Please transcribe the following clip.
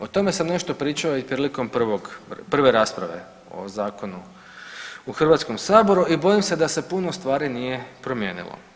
O tome sam nešto pričao i prilikom prve rasprave o zakonu u Hrvatskom saboru i bojim se da se puno stvari nije promijenilo.